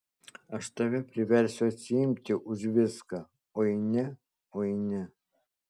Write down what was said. aš tave priversiu atsiimti už viską oi ne oi ne